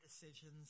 decisions